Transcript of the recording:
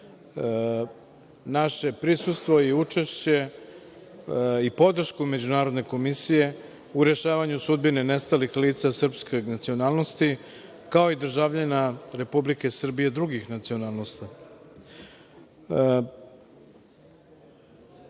naše prisustvo i učešće i podršku Međunarodne komisije u rešavanju sudbine nestalih lica srpske nacionalnosti, kao i državljana Republike Srbije drugih nacionalnosti.